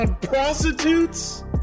prostitutes